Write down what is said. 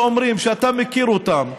שאתה מכיר אותם,